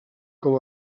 com